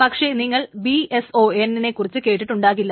പക്ഷെ നിങ്ങൾ BSON നെക്കുറിച്ച് കേട്ടിട്ടുണ്ടാകില്ല